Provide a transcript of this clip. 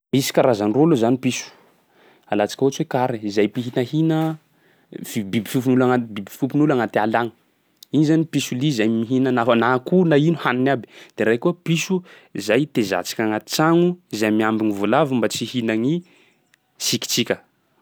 Misy karazany roa aloha zany piso, alantsika ohatsy hoe kary zay mpihinahina fi- biby fiofon'olo agnat- biby fiompin'olona agnaty ala agny. Igny zany pisolia zay mihina na f- na akoho na ino haniny aby. De raiky koa piso zay taizantsika agnaty tsagno zay miambigny voalavo mba tsy hina gny sikintsika.